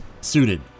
suited